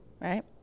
right